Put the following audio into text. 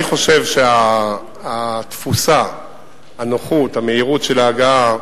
אני חושב שהתפוסה, הנוחות, המהירות של ההגעה,